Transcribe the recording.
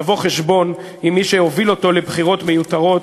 לבוא חשבון עם מי שהוביל אותו לבחירות מיותרות,